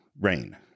Rain